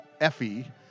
Effie